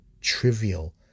trivial